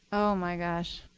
oh, my gosh.